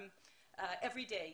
אני רואה את זה כל יום,